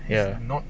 ya